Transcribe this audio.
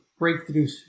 breakthroughs